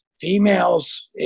females